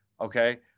Okay